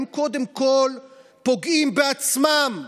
הם קודם כול פוגעים בעצמם.